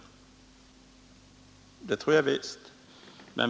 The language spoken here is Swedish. Det tror jag visst att man har.